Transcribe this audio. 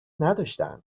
نداشتهاند